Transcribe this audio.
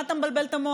מה אתה מבלבל את המוח?